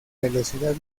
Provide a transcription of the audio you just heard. velocidad